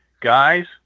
guys